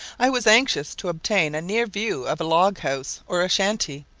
i was anxious to obtain a near view of a log-house or a shanty,